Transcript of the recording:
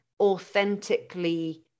authentically